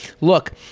Look